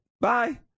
Bye